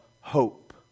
hope